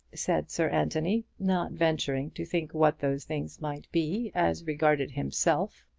said sir anthony, not venturing to think what those things might be as regarded himself.